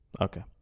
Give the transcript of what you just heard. Okay